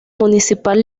municipal